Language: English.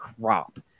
crop